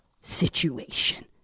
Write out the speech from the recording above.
situation